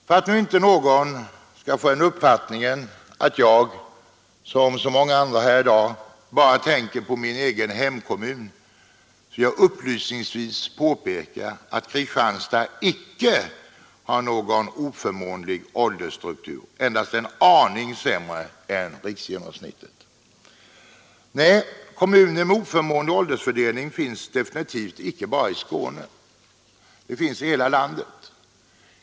För att nu inte någon skall få den uppfattningen att jag, som så många andra här i dag, bara tänker på min egen hemkommun vill jag upplysningsvis påpeka att Kristianstad inte har någon oförmånlig åldersstruktur — endast en aning sämre än riksgenomsnittet. Nej, kommuner med oförmånlig åldersfördelning finns definivt inte bara i Skåne utan i hela landet.